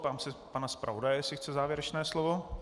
Ptám se pana zpravodaje, jestli chce závěrečné slovo.